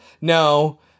No